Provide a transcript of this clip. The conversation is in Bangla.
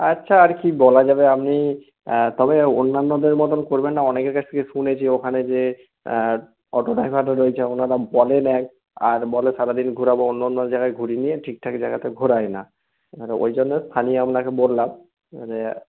আচ্ছা আর কি বলা যাবে আপনি তবে অন্যান্যদের মতন করবেন না অনেকের কাছ থেকে শুনেছি ওখানে যেয়ে অটো রয়েছেন ওনারা বলেন এক আর বলে সারাদিন ঘোরাবো অন্য অন্য জায়গায় ঘুরিয়ে নিয়ে ঠিকঠাক জায়গাতে ঘোরায় না এবারে ওই জন্য খালি আপনাকে বললাম মানে